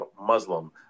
muslim